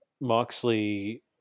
Moxley